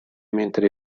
mentre